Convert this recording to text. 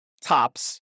tops